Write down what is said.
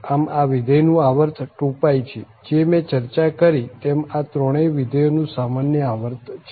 આમ આ વિધેય નું આવર્ત 2π છે જે મેં ચર્ચા કરી તેમ આ ત્રણેય વિધેયો નું સામાન્ય આવર્ત છે